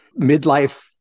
midlife